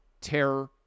terror